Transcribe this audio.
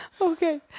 Okay